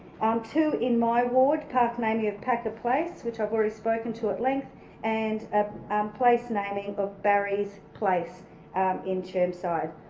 um two in my ward, parking naming of packer place, which i've already spoken to at length and ah um place naming of barry's place in chermside.